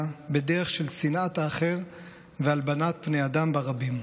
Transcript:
בדרך של שנאת אחר והלבנת פני אדם ברבים?